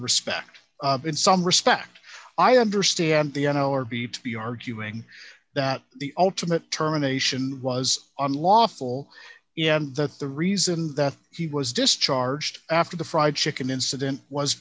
respect in some respect i understand the n l r b to be arguing that the ultimate terminations was unlawful and that the reason that he was discharged after the fried chicken incident was